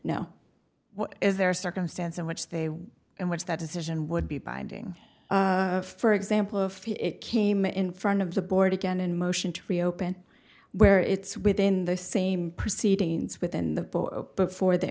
is there a circumstance in which they would and which that decision would be binding for example of it came in front of the board again and motion to reopen where it's within the same proceedings within the before the